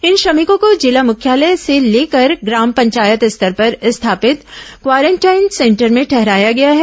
इन श्रमिकों को जिला मुख्यालय से लेकर ग्राम पंचायत स्तर पर स्थापित क्वारेंटाइन सेंटर में ठहराया गया है